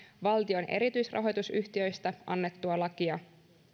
valtion erityisrahoitusyhtiöstä annettua lakia